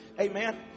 Amen